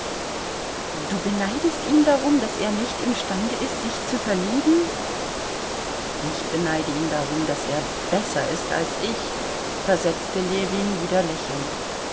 du beneidest ihn darum daß er nicht imstande ist sich zu verlieben ich beneide ihn darum daß er besser ist als ich versetzte ljewin wieder lächelnd